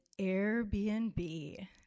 Airbnb